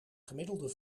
gemiddelde